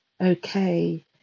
okay